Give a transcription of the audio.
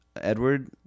Edward